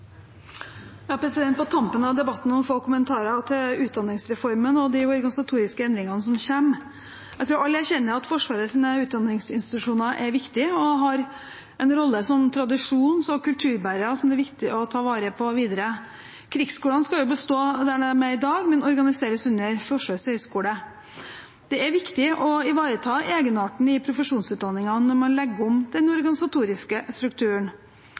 På tampen av debatten noen få kommentarer til utdanningsreformen og de organisatoriske endringene som kommer: Jeg tror alle erkjenner at Forsvarets utdanningsinstitusjoner er viktige og har en rolle og en tradisjon som kulturbærere som det er viktig å ta vare på videre. Krigsskolene skal bestå der de er i dag, men organiseres under Forsvarets høgskole. Det er viktig å ivareta egenarten i profesjonsutdanningen når man legger om den organisatoriske strukturen.